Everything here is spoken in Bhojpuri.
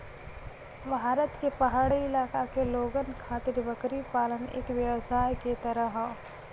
भारत के पहाड़ी इलाका के लोगन खातिर बकरी पालन एक व्यवसाय के तरह हौ